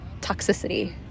toxicity